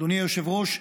אדוני היושב-ראש,